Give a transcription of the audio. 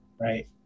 right